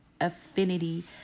affinity